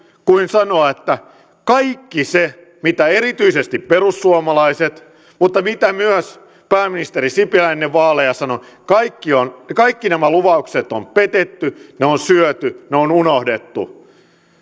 kuin sanoa että kaikki mitä erityisesti perussuomalaiset mutta mitä myös pääministeri sipilä ennen vaaleja sanoi kaikki nämä lupaukset on petetty ne on syöty ne on unohdettu